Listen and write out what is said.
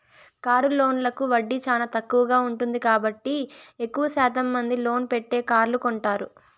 car లోన్లకు వడ్డీ చానా తక్కువగా ఉంటుంది కాబట్టి ఎక్కువ శాతం మంది లోన్ పెట్టే కార్లు కొంటారు